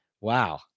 Wow